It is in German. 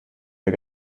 der